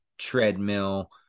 treadmill